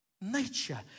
nature